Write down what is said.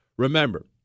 Remember